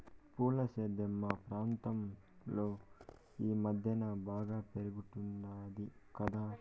పూల సేద్యం మా ప్రాంతంలో ఈ మద్దెన బాగా పెరిగుండాది కదా